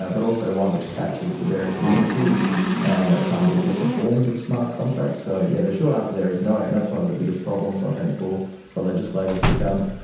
ah but also one which captures the various nuances and that come with different forms of smart contracts. so yeah the short answer there is no, and that's one of the biggest problems i think for for legislators to come.